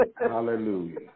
Hallelujah